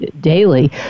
daily